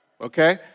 Okay